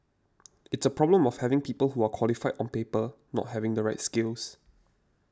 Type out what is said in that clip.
it's a problem of people who are qualified on paper not having the right skills